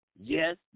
yes